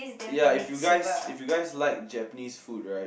ya if you guys if you guys like Japanese food right